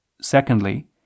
secondly